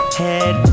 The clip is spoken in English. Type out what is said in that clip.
head